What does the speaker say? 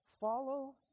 Follow